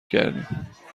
کردیم